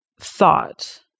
thought